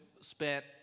spent